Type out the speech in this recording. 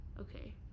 okay